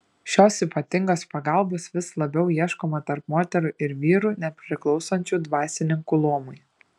šios ypatingos pagalbos vis labiau ieškoma tarp moterų ir vyrų nepriklausančių dvasininkų luomui